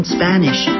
Spanish